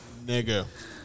Nigga